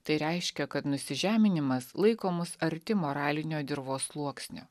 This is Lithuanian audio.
tai reiškia kad nusižeminimas laiko mus arti moralinio dirvos sluoksnio